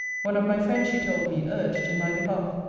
one of my friends, she told me, urged in my behalf,